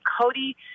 Cody